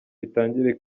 bitangire